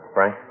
Frank